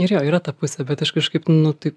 ir jo yra ta pusė bet aš kažkaip nu taip